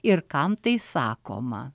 ir kam tai sakoma